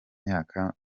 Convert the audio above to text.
myaka